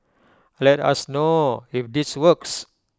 let us know if this works